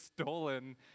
stolen